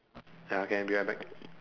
ya can be right back